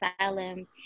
asylum